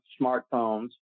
smartphones